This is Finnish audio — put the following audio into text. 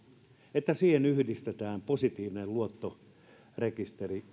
että siihen samaan yhteyteen yhdistetään positiivinen luottorekisteri